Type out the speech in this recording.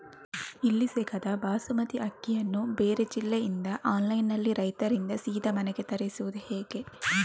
ಇಲ್ಲಿ ಸಿಗದ ಬಾಸುಮತಿ ಅಕ್ಕಿಯನ್ನು ಬೇರೆ ಜಿಲ್ಲೆ ಇಂದ ಆನ್ಲೈನ್ನಲ್ಲಿ ರೈತರಿಂದ ಸೀದಾ ಮನೆಗೆ ತರಿಸುವುದು ಹೇಗೆ?